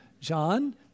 John